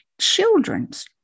children's